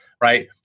right